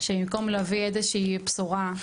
שבמקום להביא איזושהי בשורה,